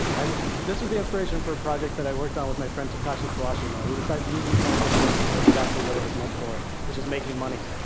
and this was the inspiration for a project that i worked on with my friend takashi kawashima. we decided to use the mechanical turk for exactly what it was meant for, which is making money.